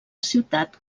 ciutat